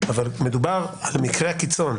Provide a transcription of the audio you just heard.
אבל מדובר על מקרה הקיצון,